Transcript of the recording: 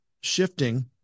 shifting